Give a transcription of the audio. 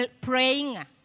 praying